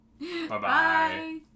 Bye-bye